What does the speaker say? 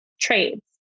trades